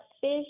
fish